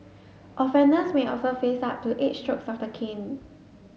offenders may also face up to eight strokes of the cane